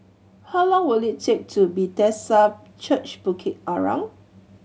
how long will it take to Bethesda Church Bukit Arang